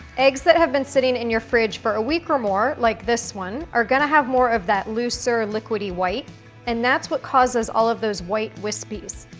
eggs that have been sitting in your fridge for a week or more, like this one are gonna have more of that looser liquidy white and that's what causes all of those white wispies.